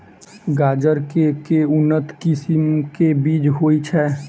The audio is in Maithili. गाजर केँ के उन्नत किसिम केँ बीज होइ छैय?